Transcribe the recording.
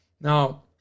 Now